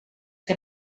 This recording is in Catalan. que